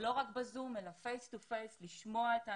לא רק בזום אלא face to face, לשמוע את האנשים,